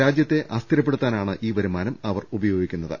രാജ്യത്തെ അസ്ഥിരപ്പെടുത്താനാണ് ഈ വരുമാനം അവർ ഉപയോഗിക്കുന്ന ത്